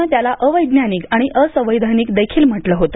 ने त्याला अवैज्ञानिक आणि असंवैधानिक देखील म्हटले होते